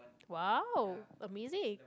!wow! amazing